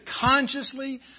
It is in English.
consciously